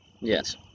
yes